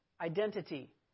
identity